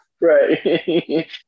Right